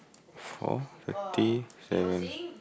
four fifty seven